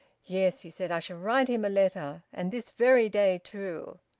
yes, he said, i shall write him a letter, and this very day, too!